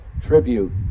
tribute